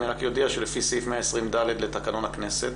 אני רק אודיע שלפי סעיף 120ד לתקנון הכנסת,